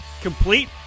Complete